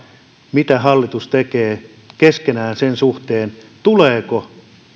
mitä hallitus tekee keskenään sen suhteen tuleeko